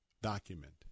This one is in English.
Document